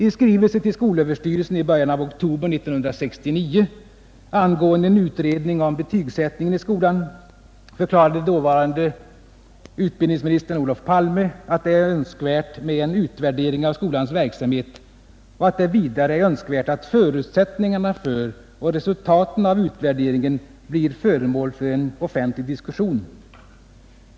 I skrivelse till skolöverstyrelsen i början av oktober 1969 angående en utredning om betygsättningen i skolan förklarade dåvarande utbildningsministern Olof Palme att det är önskvärt med en utvärdering av skolans verksamhet och att det vidare är önskvärt att förutsättningarna för och resultaten av utvärderingen blir föremål för en offentlig diskussion.